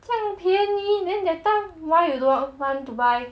这样便宜 then that time why you don't want to buy